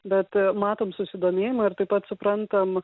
bet matom susidomėjimą ir taip pat suprantam